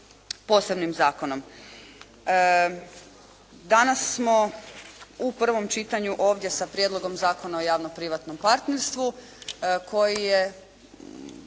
posebnim zakonom. Danas smo u prvom čitanju ovdje sa Prijedlogom zakona o javno privatnom partnerstvu koji je